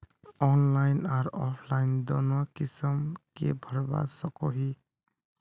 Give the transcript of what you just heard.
Loan online आर offline दोनों किसम के भरवा सकोहो ही?